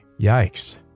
yikes